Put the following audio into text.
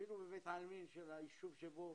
אפילו בבית העלמין בישוב שבו